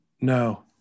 No